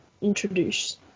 introduce